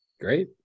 Great